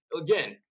again